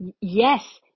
yes